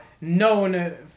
known